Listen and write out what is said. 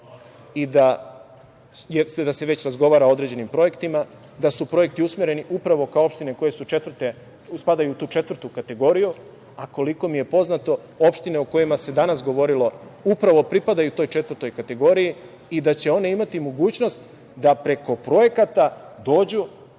i da se već razgovara o određenim projektima, da su projekti usmereni upravo ka opštini koje su četvrte, spadaju u tu četvrtu kategoriju, a koliko mi je poznato opštine o kojima se danas govorilo upravo pripadaju toj četvrtoj kategoriji i da će one imati mogućnost da preko projekata dođu,